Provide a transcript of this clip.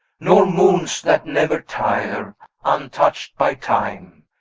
nor moons that never tire untouched by time,